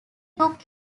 took